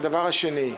הדבר השני,